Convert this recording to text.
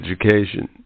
education